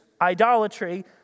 idolatry